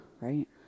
right